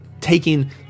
taking